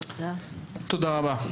תודה רבה.